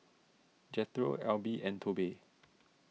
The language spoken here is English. Jethro Alby and Tobe